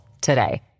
today